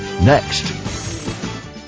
next